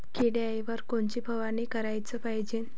किड्याइवर कोनची फवारनी कराच पायजे?